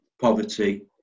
poverty